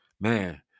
man